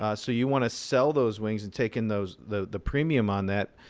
ah so you want to sell those wings and take in those the the premium on that.